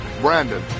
brandon